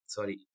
Sorry